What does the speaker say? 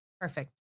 perfect